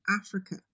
Africa